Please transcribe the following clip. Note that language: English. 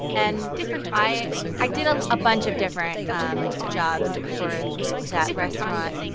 and i i did a ah bunch of different um jobs for that restaurant,